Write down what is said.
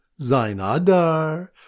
Zainadar